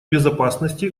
безопасности